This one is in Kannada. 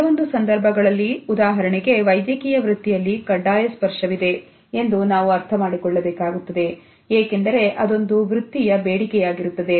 ಕೆಲವೊಂದು ಸಂದರ್ಭಗಳಲ್ಲಿ ಉದಾಹರಣೆಗೆ ವೈದ್ಯಕೀಯ ವೃತ್ತಿಯಲ್ಲಿ ಕಡ್ಡಾಯ ಸ್ಪರ್ಶವಿದೆ ಎಂದು ನಾವು ಅರ್ಥಮಾಡಿಕೊಳ್ಳಬೇಕಾಗುತ್ತದೆ ಏಕೆಂದರೆ ಅದು ವೃತ್ತಿಯ ಬೇಡಿಕೆಯಾಗಿರುತ್ತದೆ